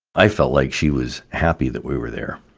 i felt like she was happy that we were there.